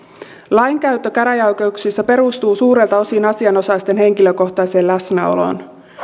lainkäyttö käräjäoikeuksissa perustuu suurelta osin asianosaisten henkilökohtaiseen läsnäoloon